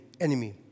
enemy